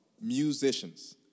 musicians